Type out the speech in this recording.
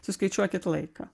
suskaičiuokit laiką